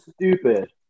Stupid